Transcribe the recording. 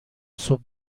صبح